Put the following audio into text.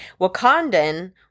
Wakandan